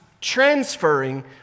transferring